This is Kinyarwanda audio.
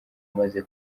maze